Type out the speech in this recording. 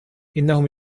إنهم